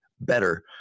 better